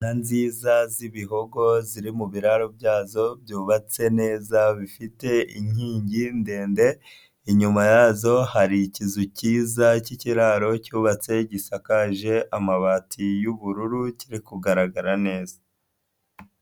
Inka nziza z'ibihogo ziri mu biraro byazo byubatse neza bifite inkingi ndende, inyuma yazo hari ikizu cyiza cyikiraro cyubatse gisakaje amabati y'ubururu kiri kugaragara neza.